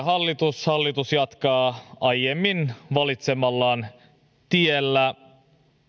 hallitus hallitus jatkaa aiemmin valitsemallaan tiellä